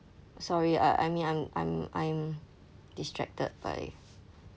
sorry uh I mean I'm I'm I'm distracted by